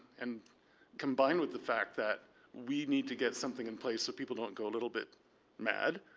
and combined with the fact that we need to get something in place so people don't go a little bit mad,